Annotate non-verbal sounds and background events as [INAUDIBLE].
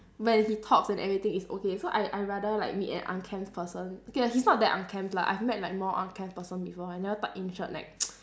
when he talks and everything it's okay so I I rather like meet an unkempt person okay lah he's not that unkempt lah I've met like more unkempt person before like never tuck in shirt like [NOISE]